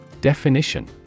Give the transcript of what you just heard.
Definition